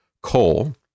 coal